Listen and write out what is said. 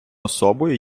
особою